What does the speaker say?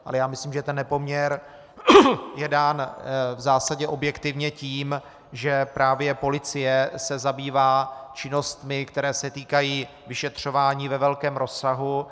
Ale já si myslím, že ten nepoměr je dán v zásadě objektivně tím, že právě policie se zabývá činnostmi, které se týkají vyšetřování, ve velkém rozsahu.